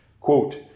Quote